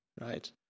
right